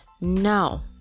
now